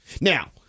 Now